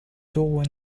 door